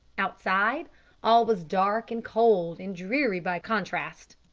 outside all was dark, and cold, and dreary by contrast.